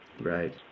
Right